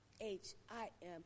H-I-M